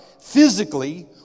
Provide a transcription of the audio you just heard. physically